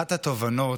אחת התובנות,